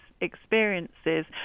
experiences